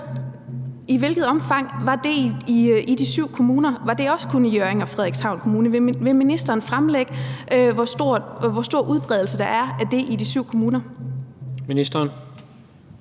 I hvilket omfang var det i de syv kommuner? Var det også kun i Hjørring og Frederikshavn Kommuner? Vil ministeren fremlægge, hvor stor en udbredelse der er af det i de syv kommuner? Kl.